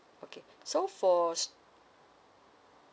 okay so for